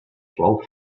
swell